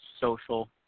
social